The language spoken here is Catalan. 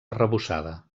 arrebossada